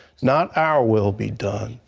not our will be done,